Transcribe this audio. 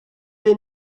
been